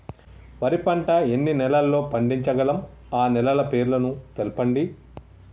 వరి పంట ఎన్ని నెలల్లో పండించగలం ఆ నెలల పేర్లను తెలుపండి?